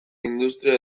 industria